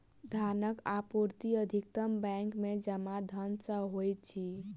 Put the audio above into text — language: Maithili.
धनक आपूर्ति अधिकतम बैंक में जमा धन सॅ होइत अछि